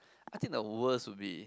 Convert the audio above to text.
I think the worst would be